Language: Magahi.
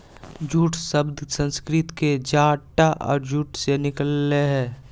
जूट शब्द संस्कृत के जटा और जूट से निकल लय हें